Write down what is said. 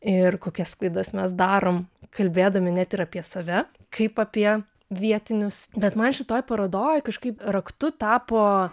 ir kokias klaidas mes darom kalbėdami net ir apie save kaip apie vietinius bet man šitoj parodoj kažkaip raktu tapo